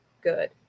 good